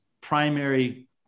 primary